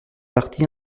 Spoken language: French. partie